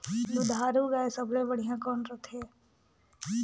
दुधारू गाय सबले बढ़िया कौन रथे?